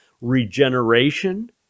regeneration